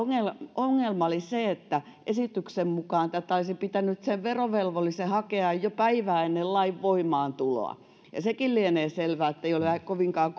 ongelma oli se että esityksen mukaan tätä olisi pitänyt sen verovelvollisen hakea jo päivää ennen lain voimaantuloa ja sekin lienee selvää ettei ole kovinkaan